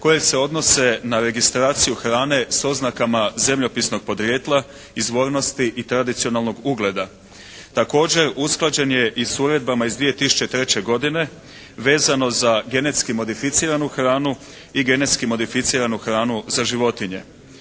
koje se odnose na registraciju hrane s oznakama zemljopisnog podrijetla, izvornosti i tradicionalnog ugleda. Također, usklađen je i s udredbama iz 2003. godine vezano za genetski modificiranu hranu i genetski modificiranu hranu za životinje.